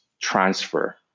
transfer